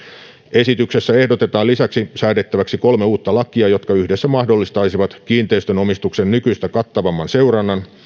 esityksessä ehdotetaan lisäksi säädettäväksi kolme uutta lakia jotka yhdessä mahdollistaisivat kiinteistönomistuksen nykyistä kattavamman seurannan